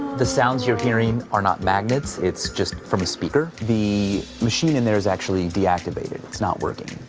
the sounds you're hearing are not magnets. it's just from a speaker. the machine in there is actually deactivated, it's not working.